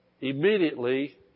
immediately